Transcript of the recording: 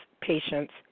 patients